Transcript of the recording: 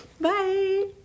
Bye